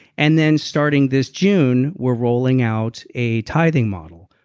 and then starting this june we're rolling out a tithing model.